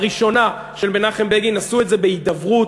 הראשונה של מנחם בגין, עשו את זה בהידברות.